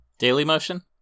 Dailymotion